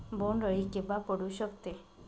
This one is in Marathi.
बोंड अळी केव्हा पडू शकते?